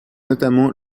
notamment